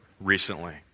recently